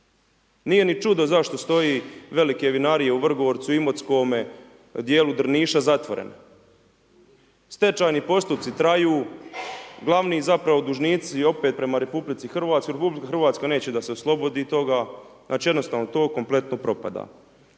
Nije ni čudo zašto stoji velike vinarije u Vrgorcu, u Imotskome, djelu Drniša zatvorene. Stečajni postupci traju, glavni .../Govornik se ne razumije./... dužnici opet prema RH, RH neće da se oslobodi toga, znači jednostavno to kompletno propada.